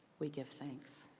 we give thanks.